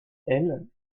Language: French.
elles